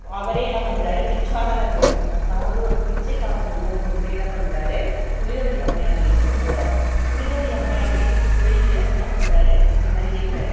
அவரே என்ன பண்ணுறாரு பிச்சாண்டவர் வேடம் அதாவது ஒரு பிச்சைக்காரன் உருவம் கொண்டு என்ன பண்ணுறாரு புனிதவதி அம்மையார் வீட்டுக்கு போறார் புனிதவதி அம்மையார் வீட்டுக்கு போயிவிட்டு அவர் என்ன பண்ணுறாரு இந்தமாதிரி கேட்குறாரு